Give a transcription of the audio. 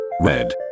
red